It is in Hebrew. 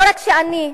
לא רק שאני יודעת,